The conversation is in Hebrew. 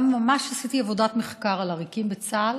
ממש עשיתי עבודת מחקר על עריקים בצה"ל.